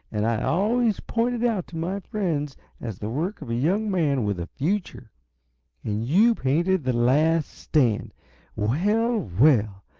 and i always point it out to my friends as the work of a young man with a future. and you painted the last stand well, well!